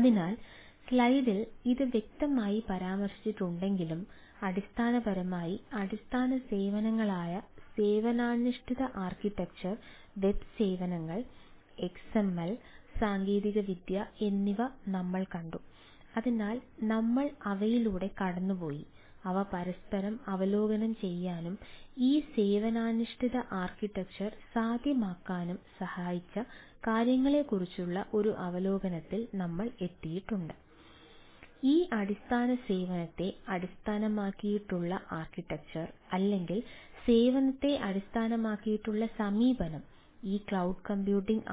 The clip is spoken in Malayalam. അതിനാൽ സ്ലൈഡിൽ ഇത് വ്യക്തമായി പരാമർശിച്ചിട്ടില്ലെങ്കിലും അടിസ്ഥാനപരമായി അടിസ്ഥാന സേവനങ്ങളായ സേവനാധിഷ്ഠിത ആർക്കിടെക്ചർ